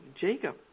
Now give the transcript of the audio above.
Jacob